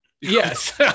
Yes